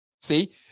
See